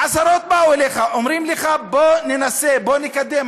עשרות באו אליך, אומרים לך: בוא ננסה, בוא נקדם.